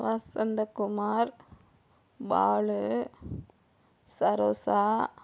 Vasanthakumar Balu Saroja